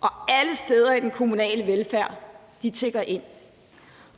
fra alle steder i den kommunale velfærd tikker ind.